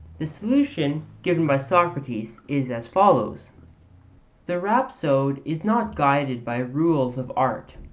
the solution given by socrates is as follows the rhapsode is not guided by rules of art,